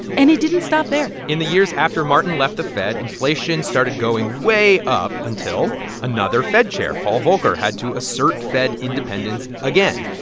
and it didn't stop there in the years after martin left the fed, inflation started going way up until another fed chair, paul volcker, had to assert fed independence again.